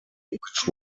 which